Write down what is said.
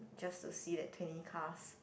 just to see that twenty cars